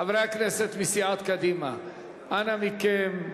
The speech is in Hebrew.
חברי הכנסת מסיעת קדימה, אנא מכם,